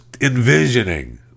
envisioning